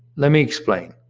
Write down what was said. let me explain,